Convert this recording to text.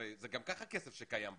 הרי זה גם כך כסף שקיים בקרן.